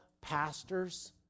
pastors